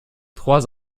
trois